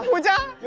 um and